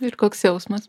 ir koks jausmas